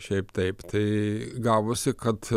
šiaip taip tai gavosi kad